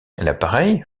l’appareil